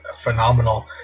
phenomenal